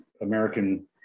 American